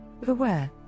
Beware